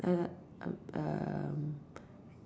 err